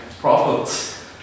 profits